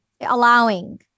Allowing